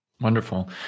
Wonderful